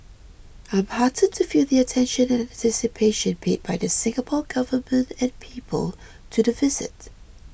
I'm heartened to feel the attention and anticipation paid by the Singapore Government and people to the visit